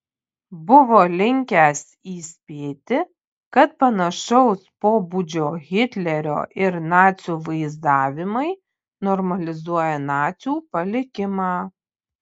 buvo linkęs įspėti kad panašaus pobūdžio hitlerio ir nacių vaizdavimai normalizuoja nacių palikimą